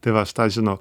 tai va aš tą žinau